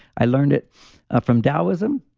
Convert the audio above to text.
i learned it ah from taoism,